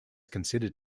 considered